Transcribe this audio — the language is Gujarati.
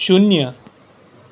શૂન્ય